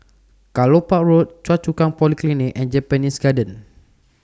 Kelopak Road Choa Chu Kang Polyclinic and Japanese Garden